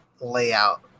layout